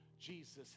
Jesus